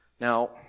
Now